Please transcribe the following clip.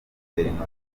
guverinoma